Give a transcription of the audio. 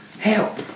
Help